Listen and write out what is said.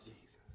Jesus